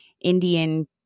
Indian